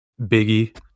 Biggie